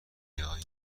بیای